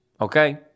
okay